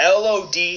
lod